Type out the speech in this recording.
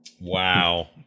Wow